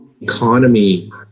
economy